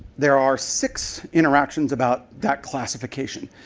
there are six interactions about that classification.